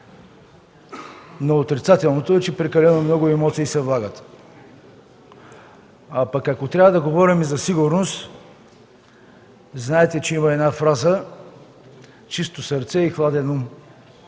но отрицателното е, че прекалено много емоции се влагат, а пък ако трябва да говорим за сигурност, знаете, че има една фраза – „Чисто сърце и хладен